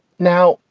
now,